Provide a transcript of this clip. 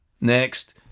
next